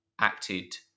acted